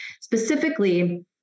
Specifically